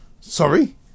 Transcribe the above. sorry